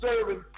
serving